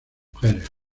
mujeres